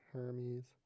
Hermes